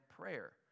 prayer